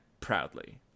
proudly